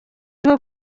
iriho